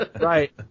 right